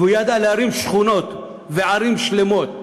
והוא ידע להרים שכונות וערים שלמות,